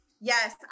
Yes